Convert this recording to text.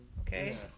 Okay